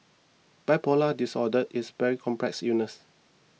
bipolar disorder is very complex illness